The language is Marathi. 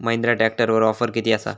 महिंद्रा ट्रॅकटरवर ऑफर किती आसा?